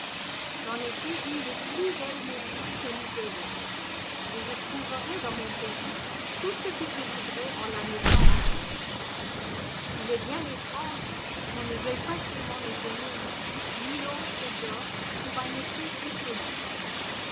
j'en ai fait une des plus belles momies que nous ayons et je trouverais dans mon pays tout ce que je voudrais en la mettant en gage il est bien étrange qu'on ne veuille pas seulement me donner ici mille onces d'or sur un effet si solide